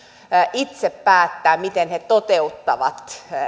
itse päättää miten ne toteuttavat